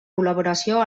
col·laboració